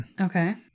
Okay